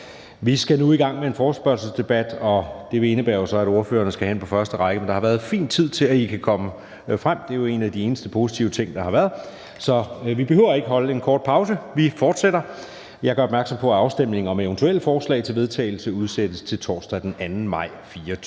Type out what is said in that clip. nu skal i gang med en forespørgselsdebat, indebærer det jo, at ordførerne skal frem på første række, men det har der jo været fin tid til; det er jo en af de eneste positive ting, der har været. Så vi behøver ikke at holde en kort pause nu på grund af det, men kan gå i gang. Jeg gør opmærksom på, at afstemning om eventuelle forslag til vedtagelse udsættes til torsdag den 2. maj 2024.